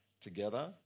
together